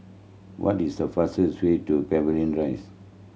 what is the fastest way to Pavilion Rise